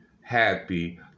happy